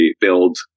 build